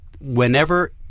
whenever